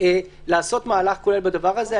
לעשות מהלך כולל בדבר הזה.